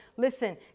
Listen